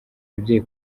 ababyeyi